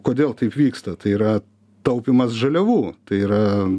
kodėl taip vyksta tai yra taupymas žaliavų tai yra